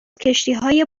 کشتیهای